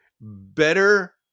Better